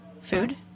food